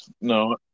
No